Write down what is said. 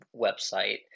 website